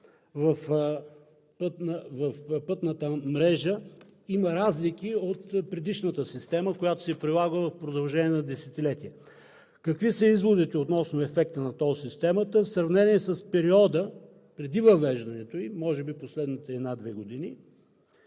в пътната мрежа – има разлики от предишната система, която се е прилагала в продължение на десетилетия. Какви са изводите относно ефекта на тол системата в сравнение с периода преди въвеждането ѝ – може би в последните една, две години,